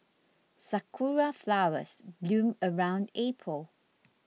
sakura flowers bloom around April